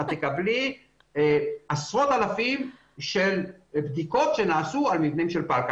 יקבל עשרות אלפים של בדיקות שנעשו על מבנים של פלקל.